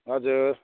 हजुर